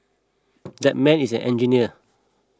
that man is an engineer